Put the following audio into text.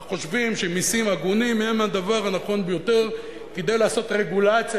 אנחנו חושבים שמסים הגונים הם הדבר הנכון ביותר כדי לעשות רגולציה,